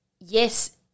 yes